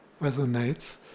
resonates